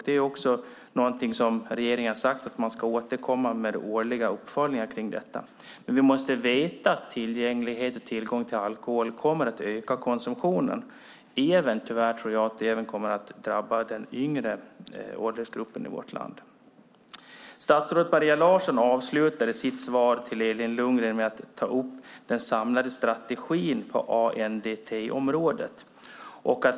Regeringen har sagt att man ska återkomma med årliga uppföljningar av detta, men vi måste vara medvetna om att ökad tillgänglighet och tillgång kommer att öka konsumtionen. Det kommer tyvärr även att drabba de yngre i vårt land. Statsrådet Maria Larsson avslutade sitt svar till Elin Lundgren med att ta upp den samlade strategin på ANDT-området.